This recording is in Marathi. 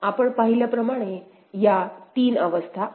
आपण पाहिल्याप्रमाणे या तीन अवस्था आहेत